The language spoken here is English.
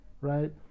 Right